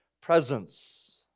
presence